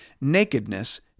nakedness